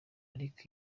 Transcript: ariko